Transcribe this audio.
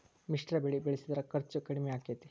ಮಿಶ್ರ ಬೆಳಿ ಬೆಳಿಸಿದ್ರ ಖರ್ಚು ಕಡಮಿ ಆಕ್ಕೆತಿ?